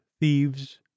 thieves